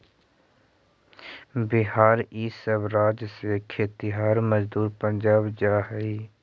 बिहार इ सब राज्य से खेतिहर मजदूर पंजाब जा हई